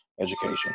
education